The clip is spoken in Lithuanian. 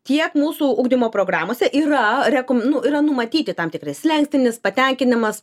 tiek mūsų ugdymo programose yra rekom nu yra numatyti tam tikri slenkstinis patenkinimas